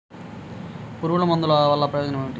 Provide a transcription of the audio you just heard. పురుగుల మందుల వల్ల ప్రయోజనం ఏమిటీ?